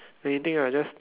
anything ah just